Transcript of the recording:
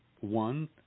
One